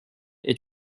est